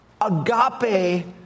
Agape